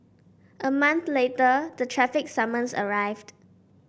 a month later the traffic summons arrived